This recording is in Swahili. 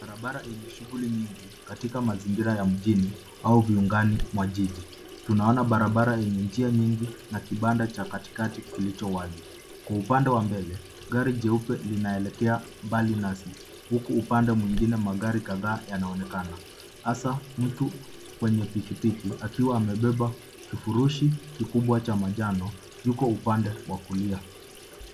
Barabara yenye shughuli nyingi katika mazingira ya mjini au viungani mwa jiji. Tunaona barabara yeye njia nyingi na kibanda cha katikati kilicho wazi. Kwa upande wa mbele, gari jeupe linaelekea mbali nasi huku upande mwingine magari kadhaa yanaonekana, hasa mtu kwenye pikipiki akiwa amebeba kifurushi kikubwa cha manjano, yuko upande wa kulia.